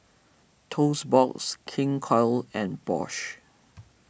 Toast Box King Koil and Bosch